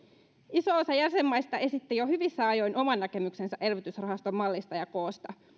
iso osa jäsenmaista esitti jo hyvissä ajoin oman näkemyksensä elvytysrahaston mallista ja koosta